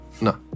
No